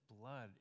blood